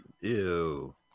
ew